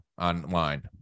online